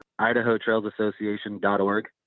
idahotrailsassociation.org